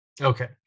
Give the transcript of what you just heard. Okay